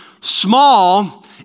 small